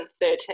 2013